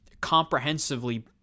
comprehensively